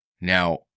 Now